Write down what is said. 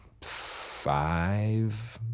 five